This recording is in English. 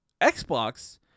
xbox